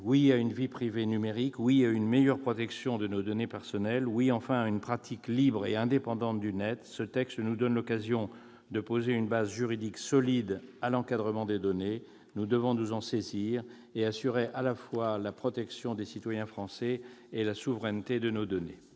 Oui à une vie privée numérique, oui à une meilleure protection de nos données personnelles, oui, enfin, à une pratique libre et indépendante du net. Ce texte nous donne l'occasion de poser une base juridique solide à l'encadrement des données. Nous devons nous en saisir et assurer à la fois la protection des citoyens français et la souveraineté de nos données.